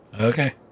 Okay